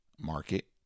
market